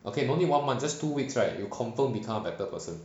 okay no need one month just two weeks right you confirm become a better person